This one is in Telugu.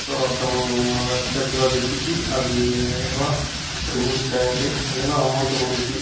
సో అతను ఆ వెబ్సైట్లో వెతికి అది ఎలా రిమూవ్ చేయాలి ఎలా ఎమౌంట్ మనకి